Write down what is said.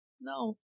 No